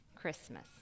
Christmas